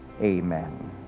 Amen